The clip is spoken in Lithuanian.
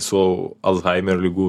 su alzhaimer ligų